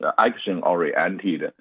action-oriented